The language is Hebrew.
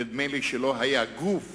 נדמה לי שלא היה גוף